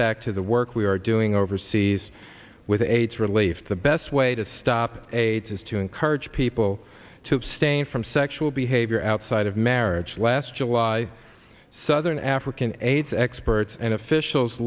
back to the work we are doing overseas with aids relief the best way to stop aids is to encourage people to abstain from sexual behavior outside of marriage last july southern african aids experts and officials